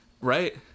Right